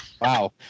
Wow